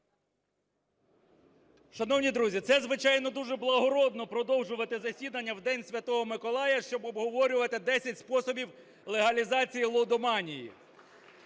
Шановні друзі, це, звичайно, дуже благородно продовжувати засідання в День Святого Миколая, щоб обговорювати десять способів легалізації лудоманії.